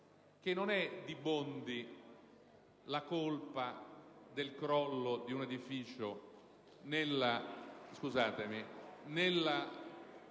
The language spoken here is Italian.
che non è di Bondi la colpa del crollo di un edificio nella